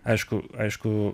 aišku aišku